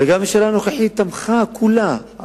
וגם הממשלה הנוכחית תמכה כולה,